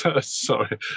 Sorry